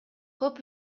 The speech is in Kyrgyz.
көп